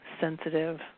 sensitive